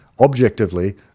Objectively